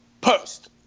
post